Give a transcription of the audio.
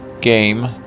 game